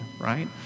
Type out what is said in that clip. Right